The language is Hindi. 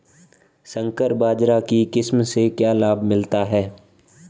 संकर बाजरा की किस्म से क्या लाभ मिलता है?